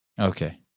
Okay